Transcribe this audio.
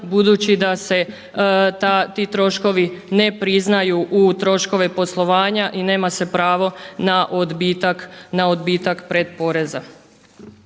budući da se ti troškovi ne priznaju u troškove poslovanja i nema se pravo na odbitak pretporeza.